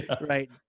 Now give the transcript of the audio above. Right